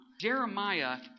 Jeremiah